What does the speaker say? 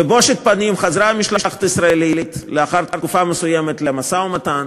בבושת פנים חזרה המשלחת הישראלית לאחר תקופה מסוימת למשא-ומתן,